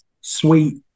sweet